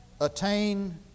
attain